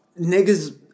Niggas